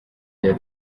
rya